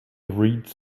reads